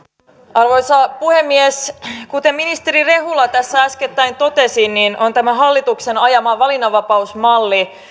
arvoisa puhemies kuten ministeri rehula tässä äskettäin totesi tämä hallituksen ajama valinnanvapausmalli on